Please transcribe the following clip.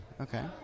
Okay